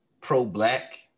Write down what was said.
pro-black